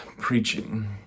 preaching